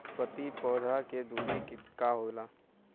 प्रति पौधे के दूरी का होला?